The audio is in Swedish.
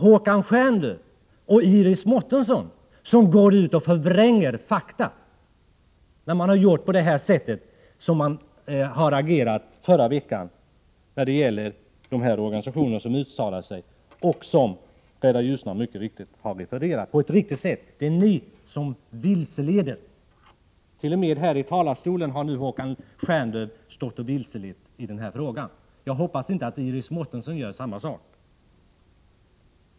Håkan Stjernlöf och Iris Mårtensson gick ju ut och förvrängde fakta i sitt agerande förra veckan när det gällde de här organisationernas uttalanden. Rädda Ljusnan har för sin del refererat organisationerna på ett riktigt sätt. Det är ni som vilseleder. T.o.m. här i talarstolen har Håkan Stjernlöf stått och vilselett i den här frågan. Jag hoppas att Iris Mårtensson inte gör samma sak.